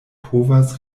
povas